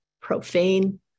profane